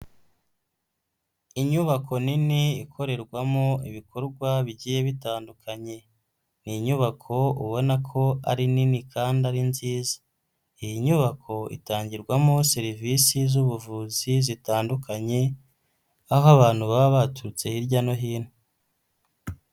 Inyubako nini ikorerwamo ibikorwa bigiye bitandukanye. Ni inyubako ubona ko ari nini kandi ari nziza. Iyi nyubako itangirwamo serivisi z'ubuvuzi zitandukanye, aho abantu baba baturutse hirya no hino.